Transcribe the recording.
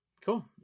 cool